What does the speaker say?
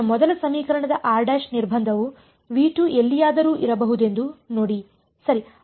ಆದ್ದರಿಂದ ಮೊದಲ ಸಮೀಕರಣದ ನಿರ್ಬಂಧವು ಎಲ್ಲಿಯಾದರೂ ಇರಬಹುದೆಂದು ನೋಡಿ ಸರಿ